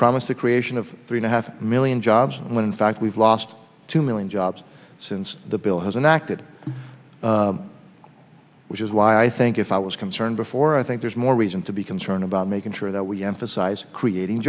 promised a creation of three and a half million jobs when in fact we've lost two million jobs since the bill hasn't acted which is why i think if i was concerned before i think there's more reason to be concerned about making sure we emphasize creating